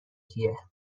کیه